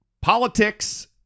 politics